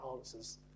answers